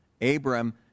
Abram